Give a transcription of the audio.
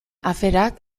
aferak